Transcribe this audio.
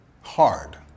hard